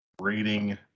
rating